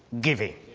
giving